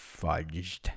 fudged